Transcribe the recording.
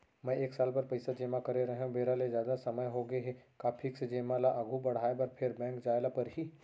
मैं एक साल बर पइसा जेमा करे रहेंव, बेरा ले जादा समय होगे हे का फिक्स जेमा ल आगू बढ़ाये बर फेर बैंक जाय ल परहि?